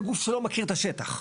לגוף שלא מכיר את השטח.